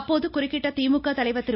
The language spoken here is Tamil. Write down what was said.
அப்போது குறுக்கிட்ட திமுக தலைவர் திரு